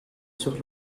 sur